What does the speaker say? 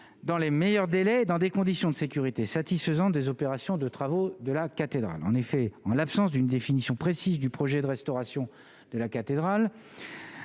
dans les meilleurs délais, dans des conditions de sécurité satisfaisantes des opérations de travaux de la cathédrale, en effet, en l'absence d'une définition précise du projet de restauration de la cathédrale,